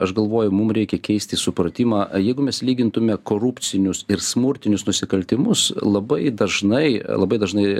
aš galvoju mum reikia keisti supratimą jeigu mes lygintume korupcinius ir smurtinius nusikaltimus labai dažnai labai dažnai